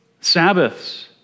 Sabbaths